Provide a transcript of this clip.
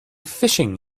fishing